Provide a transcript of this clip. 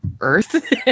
earth